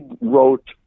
wrote